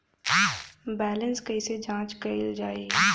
Balance कइसे जांच कइल जाइ?